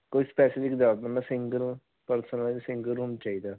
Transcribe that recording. ਕੁਛ ਪੈਸੇ ਦੀ single room ਚਾਹੀਦਾ